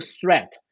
threat